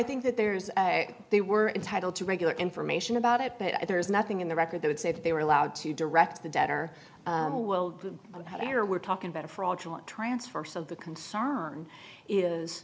think that there's they were entitled to regular information about it but there is nothing in the record they would say that they were allowed to direct the debt or however we're talking about a fraudulent transfer so the concern is